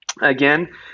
again